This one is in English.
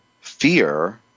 fear